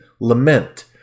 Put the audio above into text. lament